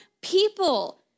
people